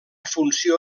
funció